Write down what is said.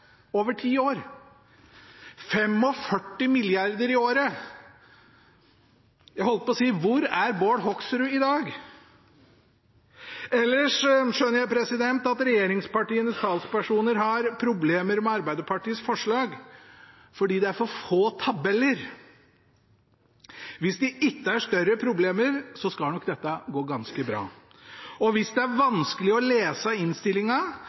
over ti år – 45 mrd. kr i året. Jeg holdt på å si: Hvor er Bård Hoksrud i dag? Ellers skjønner jeg at regjeringspartienes talspersoner har problemer med Arbeiderpartiets forslag fordi det er for få tabeller. Hvis det ikke er større problemer, skal nok dette gå ganske bra. Og hvis det er vanskelig å lese